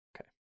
Okay